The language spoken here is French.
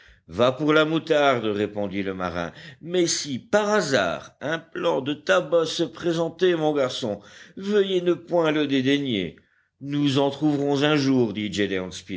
va pour la moutarde répondit le marin mais si par hasard un plant de tabac se présentait mon garçon veuillez ne point le dédaigner nous en trouverons un jour dit